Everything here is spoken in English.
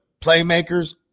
Playmakers